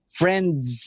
friends